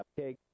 Cupcake